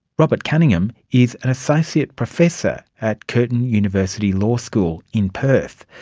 robert cunningham is an associate professor at curtin university law school in perth.